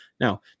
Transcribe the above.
Now